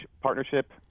partnership